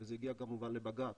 וזה הגיע כמובן לבג"צ,